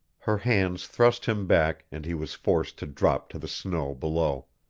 her hands thrust him back and he was forced to drop to the snow below.